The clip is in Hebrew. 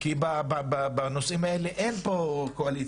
כי בנושאים האלה אין פה קואליציה,